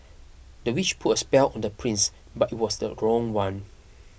the witch put a spell on the prince but it was the wrong one